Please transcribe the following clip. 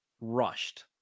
rushed